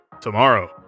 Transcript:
tomorrow